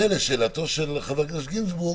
ולשאלתו של חבר הכנסת גינזבורג,